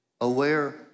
aware